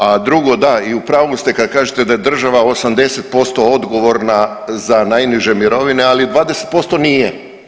A drugo da i u pravu ste kad kažete da je država 80% odgovorna za najniže mirovine, ali 20% nije.